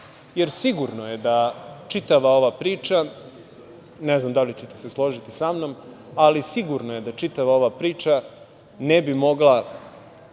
jer sigurno je da čitava ova priča, ne znam da li ćete se složiti sa mnom, ali sigurno je da čitava ova priča ne bi mogla